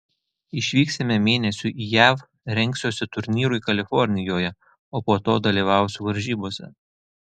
išvyksime mėnesiui į jav rengsiuosi turnyrui kalifornijoje o po to dalyvausiu varžybose